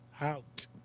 out